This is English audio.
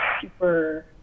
super